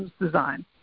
Design